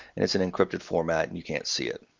and it's in encrypted format, and you can't see it.